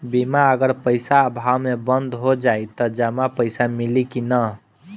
बीमा अगर पइसा अभाव में बंद हो जाई त जमा पइसा मिली कि न?